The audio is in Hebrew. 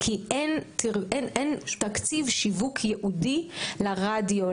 כי אין תקציב שיווק ייעודי לרדיו,